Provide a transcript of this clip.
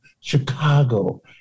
Chicago